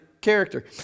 character